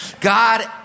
God